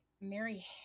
Mary